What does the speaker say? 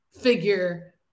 figure